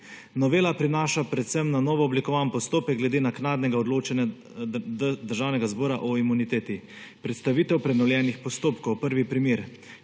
Novela prinaša predvsem na novo oblikovan postopek glede naknadnega odločanja Državnega zbora o imuniteti. Predstavitev prenovljenih postopkov, prvi primer,